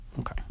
Okay